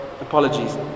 apologies